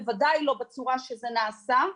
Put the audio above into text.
בוודאי לא בצורה שזה נעשה.